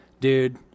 dude